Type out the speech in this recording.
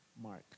Mark